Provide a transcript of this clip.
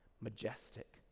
majestic